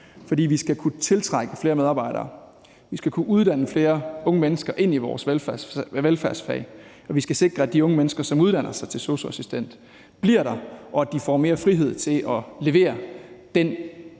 For vi skal kunne tiltrække flere medarbejdere, vi skal kunne uddanne flere unge mennesker i vores velfærdsfag, og vi skal sikre, at de unge mennesker, som uddanner sig til sosu-assistent, bliver i faget og får mere frihed til at levere den